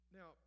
Now